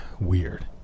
weird